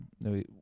No